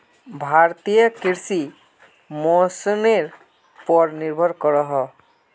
भारतीय कृषि मोंसूनेर पोर निर्भर करोहो